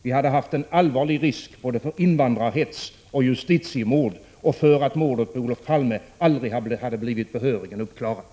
Vi hade haft en allvarlig risk för både invandrarhets och justitiemord och för att mordet på Olof Palme aldrig blir uppklarat.